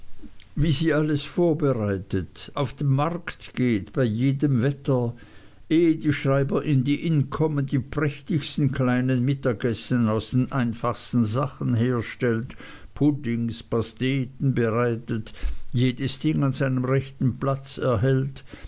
wie sie alles vorbereitet auf den markt geht bei jedem wetter ehe die schreiber in die inn kommen die prächtigsten kleinen mittagessen aus den einfachsten sachen herstellt puddings und pasteten bereitet jedes ding an seinem rechten platz erhält